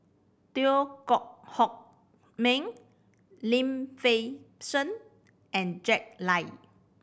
Teo Koh Hock Miang Lim Fei Shen and Jack Lai